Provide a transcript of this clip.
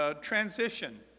transition